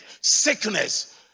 sickness